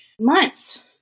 months